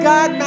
God